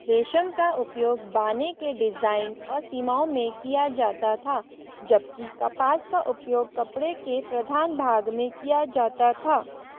रेशम का उपयोग बाने के डिज़ाइन और सीमाओं में किया जाता था जबकि कपास का उपयोग कपड़े के प्रधान भाग में किया जाता था